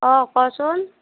অঁ ক'চোন